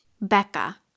Becca